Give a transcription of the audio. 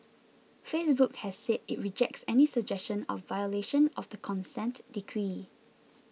Facebook has said it rejects any suggestion of violation of the consent decree